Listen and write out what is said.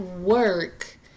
work